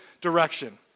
direction